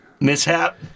Mishap